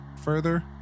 further